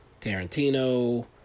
Tarantino